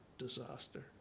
Disaster